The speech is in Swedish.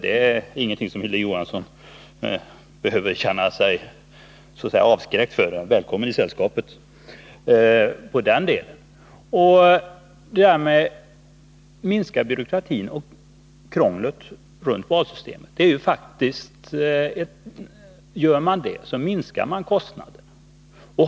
Det är ingenting Hilding Johansson behöver känna sig avskräckt ifrån — välkommen i sällskapet! Minskar man byråkratin och krånglet kring valsystemet, så minskar man kostnaderna.